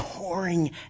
pouring